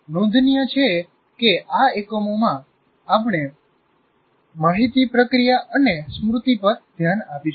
નોંધનીય છે કે આ એકમમાં આપણે માહિતી પ્રક્રિયા અને સ્મૃતિ પર ધ્યાન કરીશું